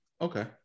Okay